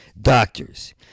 Doctors